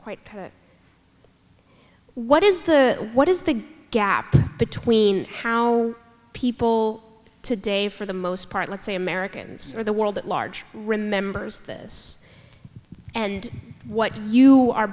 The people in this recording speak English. quite what is the what is the gap between how people today for the most part let's say americans or the world at large remembers this and what you are